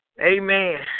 Amen